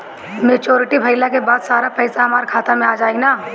Maturity भईला के बाद सारा पईसा हमार खाता मे आ जाई न?